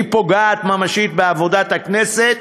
היא פוגעת ממשית בעבודת הכנסת,